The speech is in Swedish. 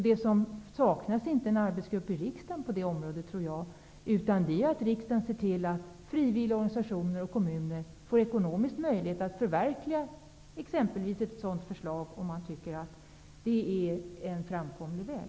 Det som saknas är inte någon arbetsgrupp i riksdagen, utan nu skall riksdagen se till att kommuner och frivilligorganisationer får ekonomiska möjligheter att förverkliga exempelvis ett sådant förslag om man tycker att det är en framkomlig väg.